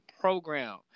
program